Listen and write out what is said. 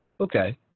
okay